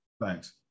Thanks